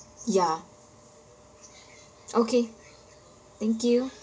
ya okay thank you